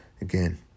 again